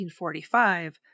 1845